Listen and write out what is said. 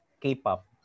K-pop